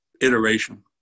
iteration